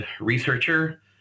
researcher